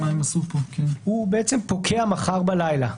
הוא בעצם פוקע מחר בלילה,